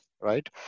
right